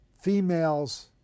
females